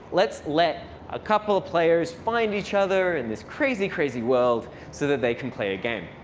let's let a couple of players find each other in this crazy, crazy world so that they can play a game.